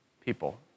people